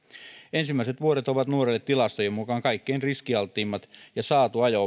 ensimmäiset vuodet ovat nuorelle tilastojen mukaan kaikkein riskialtteimmat ja saadun ajo